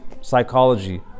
psychology